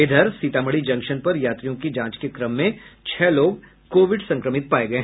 इधर सीतामढ़ी जंक्शन पर यात्रियों की जांच के क्रम में छह लोग कोविड संक्रमित पाये गये